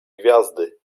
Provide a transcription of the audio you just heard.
gwiazdy